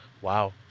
Wow